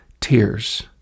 tears